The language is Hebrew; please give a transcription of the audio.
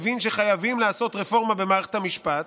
ומבין שחייבים לעשות רפורמה במערכת המשפט,